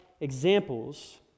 examples